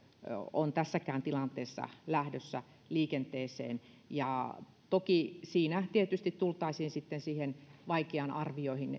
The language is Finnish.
on tässäkään tilanteessa lähdössä liikenteeseen toki siinä tietysti tultaisiin sitten siihen vaikeaan arvioon